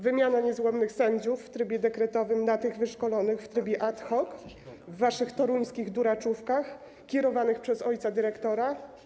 Wymiana niezłomnych sędziów w trybie dekretowym na tych wyszkolonych w trybie ad hoc w waszych toruńskich duraczówkach kierowanych przez ojca dyrektora?